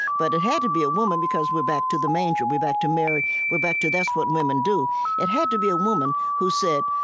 but it had to be a woman, because we're back to the manger. we're back to mary. we're back to that's what women do it had to be a woman who said,